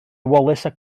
wallace